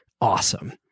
Awesome